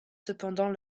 cependant